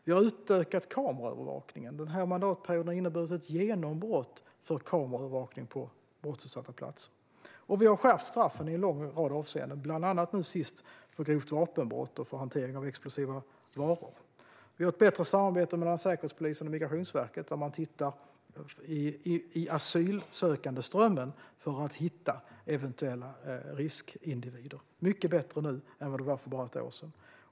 Vi har även utökat kameraövervakningen; denna mandatperiod har inneburit ett genombrott för kameraövervakning på brottsutsatta platser. Vi har också skärpt straffen i en lång rad avseenden. Bland annat, nu sist, har vi skärpt straffen för grovt vapenbrott och hantering av explosiva varor. Vi har ett bättre samarbete mellan Säkerhetspolisen och Migrationsverket, där man tittar i asylsökandeströmmen för att hitta eventuella riskindivider. Det är mycket bättre nu än vad det var för bara ett år sedan.